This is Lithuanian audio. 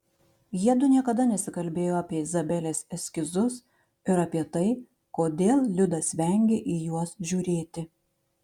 jiedu niekada nesikalbėjo apie izabelės eskizus ir apie tai kodėl liudas vengia į juos žiūrėti